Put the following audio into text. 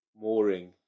mooring